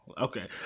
Okay